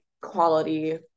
quality